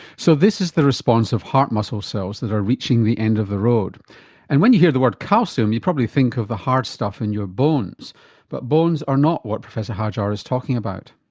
so this is the response of heart muscle cells that are reaching the end of the road and when you hear the word calcium you probably think of the hard stuff in your bones but bones are not what professor hajar is talking about.